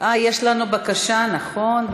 יש לנו בקשה, נכון.